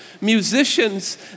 musicians